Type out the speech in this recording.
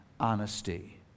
honesty